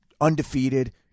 Undefeated